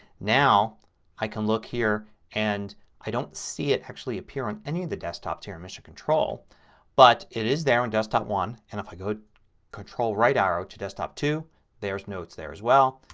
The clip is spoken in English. now i can look here and i don't see it actually appear on any of the desktops here in mission control but it is there on desktop one. and if i go control right arrow to desktop two there's notes there as well.